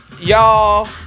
y'all